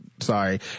sorry